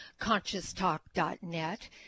ConsciousTalk.net